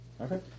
Okay